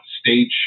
stage